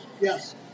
Yes